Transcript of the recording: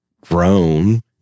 grown